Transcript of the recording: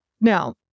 Now